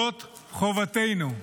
זאת חובתנו.